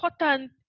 important